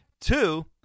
Two